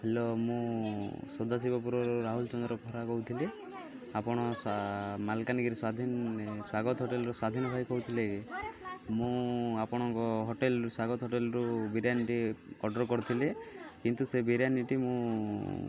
hello ମୁଁ ସଦାଶିବ ପୁରର ରାହୁଲ ଚନ୍ଦ୍ର ଖରା କହୁଥିଲି ଆପଣ ମାଲକାନଗିରି ସ୍ଵାଧୀନ ସ୍ଵାଗତ ହୋଟେଲ୍ରୁ ସ୍ଵାଧୀନ ଭାଇ କହୁଥିଲେ କି ମୁଁ ଆପଣଙ୍କ ହୋଟେଲ୍ରୁ ସ୍ଵାଗତ ହୋଟେଲ୍ରୁ ବିରିୟାନୀଟି ଅର୍ଡ଼ର କରିଥିଲି କିନ୍ତୁ ସେ ବିରିୟାନୀଟି ମୁଁ